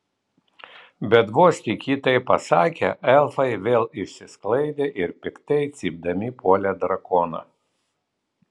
bet vos tik ji tai pasakė elfai vėl išsisklaidė ir piktai cypdami puolė drakoną